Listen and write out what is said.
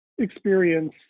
experience